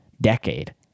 decade